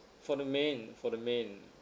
for the main for the main